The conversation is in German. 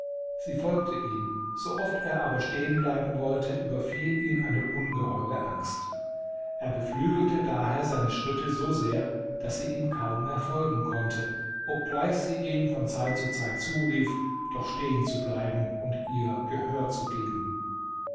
sie folgte ihm so oft er aber stehen bleiben wollte überfiel ihn eine ungeheure angst er beflügelte daher seine schritte so sehr daß sie ihm kaum mehr folgen konnte obgleich sie ihm von zeit zu zeit zurief doch stehen zu bleiben und ihr gehör zu geben